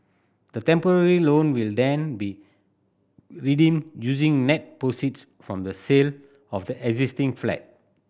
the temporary loan will then be redeemed using net proceeds from the sale of the existing flat